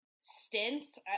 stints